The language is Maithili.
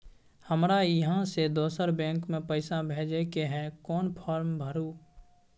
हमरा इहाँ से दोसर बैंक में पैसा भेजय के है, कोन फारम भरू?